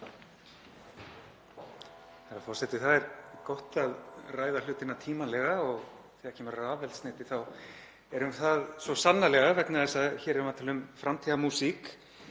Það er gott að ræða hlutina tímanlega og þegar kemur að rafeldsneyti þá erum við það svo sannarlega vegna þess að hér erum við að tala um framtíðarmúsík.